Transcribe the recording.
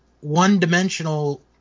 one-dimensional